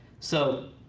so